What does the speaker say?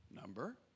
number